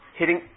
hitting